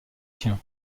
siens